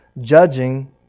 judging